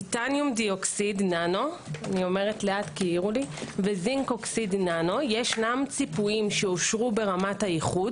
בטיטניום דיאוקסיד ננו בווין קוקסיד ננו יש ציפויים שאושרו ברמת האיחוד